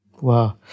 Wow